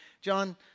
John